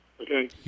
Okay